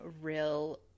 real